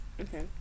Okay